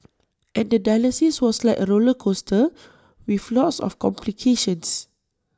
and the dialysis was like A roller coaster with lots of complications